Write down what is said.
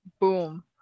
Boom